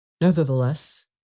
Nevertheless